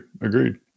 Agreed